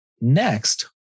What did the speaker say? Next